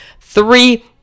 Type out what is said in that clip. three